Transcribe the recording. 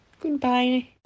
Goodbye